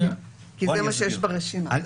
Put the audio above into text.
כי זה מה שיש ברשימה.